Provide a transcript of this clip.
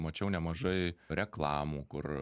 mačiau nemažai reklamų kur